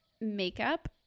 makeup